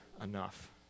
enough